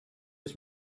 his